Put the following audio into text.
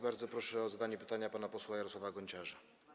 Bardzo proszę o zadanie pytania pana posła Jarosława Gonciarza.